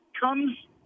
comes